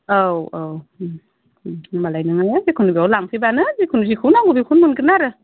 औ औ होम्बालाय नोङो जिकुनु बेयाव लांफैबानो जिकुनु जेखौ नांगौ बेखौनो मोनगोन आरो